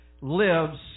lives